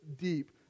deep